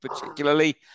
particularly